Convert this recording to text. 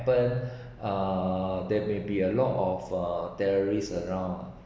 ~ppened uh there may be a lot of uh terrorists around